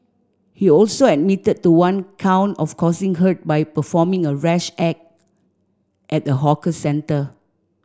he also admitted to one count of causing hurt by performing a rash act at a hawker centre